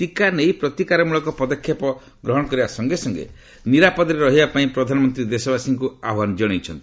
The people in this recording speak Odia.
ଟିକା ନେଇ ପ୍ରତିକାରମ୍ଳକ ପଦକ୍ଷେପ ଗ୍ରହଣ କରିବା ସଙ୍ଗେ ସଙ୍ଗେ ନିରାପଦରେ ରହିବା ପାଇଁ ପ୍ରଧାନମନ୍ତ୍ରୀ ଦେଶବାସୀଙ୍କୁ ଆହ୍ୱାନ ଜଣାଇଛନ୍ତି